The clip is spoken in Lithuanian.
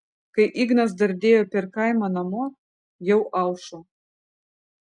kai ignas dardėjo per kaimą namo jau aušo